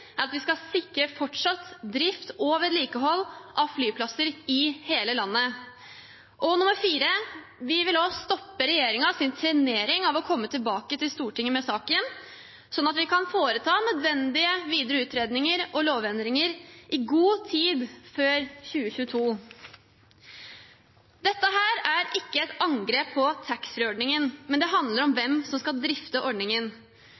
at vi skal sikre fortsatt drift og vedlikehold av flyplasser i hele landet. Og for det fjerde vil vi stoppe regjeringens trenering av å komme tilbake til Stortinget med saken, slik at en kan foreta nødvendige videre utredninger og lovendringer i god tid før 2022. Dette er ikke et angrep på taxfree-ordningen, det handler om hvem som skal drifte ordningen.